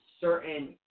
certain